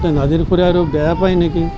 নাজিৰ খুৰাই আৰু বেয়া পায় নেকি